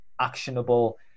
actionable